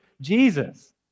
Jesus